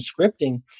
scripting